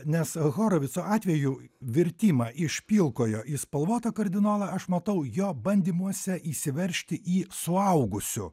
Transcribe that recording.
nes horovico atveju virtimą iš pilkojo į spalvotą kardinolą aš matau jo bandymuose įsiveržti į suaugusių